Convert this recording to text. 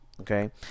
okay